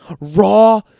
raw